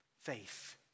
faith